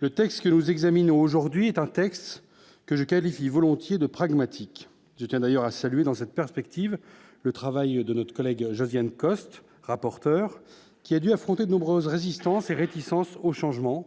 le texte que nous examinons, aujourd'hui, est un texte que je qualifie volontiers de pragmatique, je tiens d'ailleurs à saluer, dans cette perspective, le travail de notre collègue Josiane Costes rapporteur qui a dû affronter de nombreuses résistance et réticence au changement,